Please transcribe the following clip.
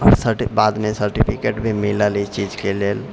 आओर बादमे सर्टिफिकेट भी मिलल एहि चीजके लेल